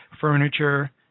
furniture